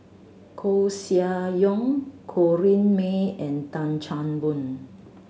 Koeh Sia Yong Corrinne May and Tan Chan Boon